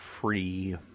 Free